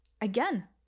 Again